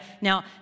Now